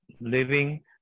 living